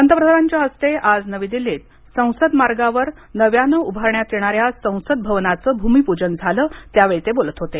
पंतप्रधानांच्या हस्ते आज नवी दिल्लीत संसद मार्गावर नव्याने उभारण्यात येणाऱ्या संसद भवनाच भूमिपूजन झालं त्यावेळी ते बोलत होते